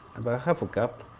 about half a cup,